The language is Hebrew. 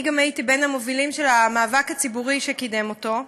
אני גם הייתי בין המובילים של המאבק הציבורי שקידם אותו.